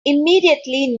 immediately